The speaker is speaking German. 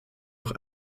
auch